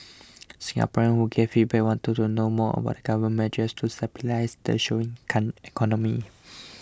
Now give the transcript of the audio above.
Singaporeans who gave feedback wanted to know more about Government measures to stabilise the showing come economy